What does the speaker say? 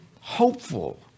hopeful